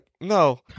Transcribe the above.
no